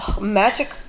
Magic